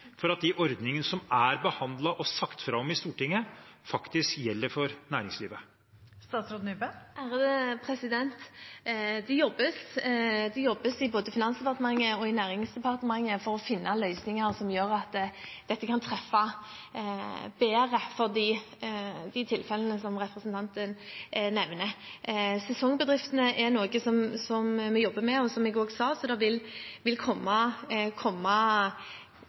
faktisk gjelder for næringslivet? Det jobbes både i Finansdepartementet og i Næringsdepartementet for å finne løsninger som gjør at dette kan treffe bedre for de tilfellene representanten nevner. Sesongbedriftene er noe vi jobber med, som jeg sa, og vi vil jobbe for å finne en ordning som treffer dem bedre enn kompensasjonsordningen, sånn som den er i dag. Samtidig er det noen utfordringer som kommer til å vare lenge, og